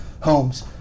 homes